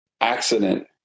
accident